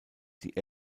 die